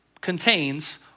contains